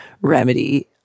remedy